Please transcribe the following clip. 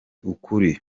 ukuri